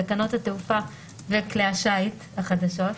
בתקנות התעופה וכלי השיט החדשות,